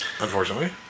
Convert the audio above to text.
unfortunately